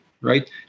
Right